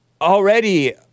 already